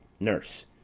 nurse.